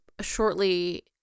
shortly